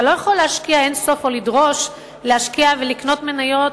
אתה לא יכול להשקיע אין-סוף או לדרוש להשקיע ולקנות מניות